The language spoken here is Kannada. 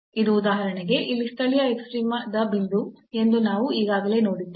ಇದು ಉದಾಹರಣೆಗೆ ಇಲ್ಲಿ ಸ್ಥಳೀಯ ಎಕ್ಸ್ಟ್ರೀಮ ದ ಬಿಂದು ಎಂದು ನಾವು ಈಗಾಗಲೇ ನೋಡಿದ್ದೇವೆ